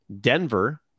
Denver